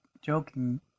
joking